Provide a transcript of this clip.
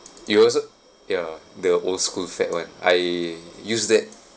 you also ya the old school fat [one] I used that